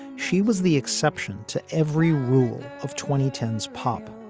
she was the exception to every rule of twenty ten s pop,